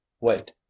wait